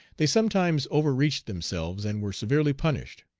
they sometimes overreached themselves and were severely punished.